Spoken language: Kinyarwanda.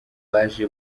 baje